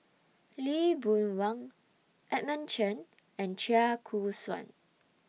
Lee Boon Wang Edmund Chen and Chia Choo Suan